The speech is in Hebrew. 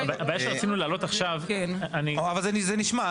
הבעיה שרצינו להעלות עכשיו --- זה נשמע.